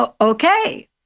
okay